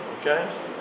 Okay